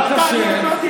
לא דיברתי.